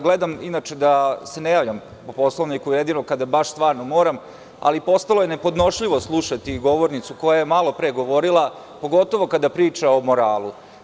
Gledam inače da se ne javljam po Poslovniku, jedno kada baš stvarno moram, ali postalo je nepodnošljivo slušati govornicu koja je malopre govorila, pogotovo kada priča o moralu.